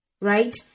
right